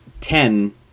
ten